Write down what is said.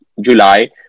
July